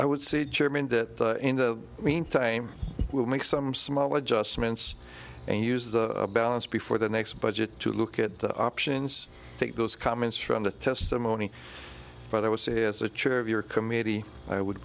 i would see chairman that in the meantime we'll make some small adjustments and use the balance before the next budget to look at the options take those comments from the testimony but i would say as the chair of your committee i would